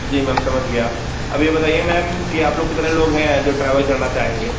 जी ma'am समझ गया अब ये बताइए मैम कि आप लोग कितने लोग हैं जो ट्रैवल करना चाहेंगे